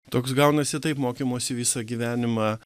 toks gaunasi taip mokymosi visą gyvenimą